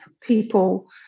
people